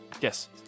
yes